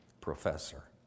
professor